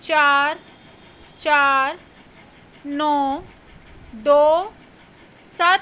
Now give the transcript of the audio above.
ਚਾਰ ਚਾਰ ਨੌਂ ਦੋ ਸੱਤ